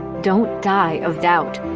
don't die of doubt.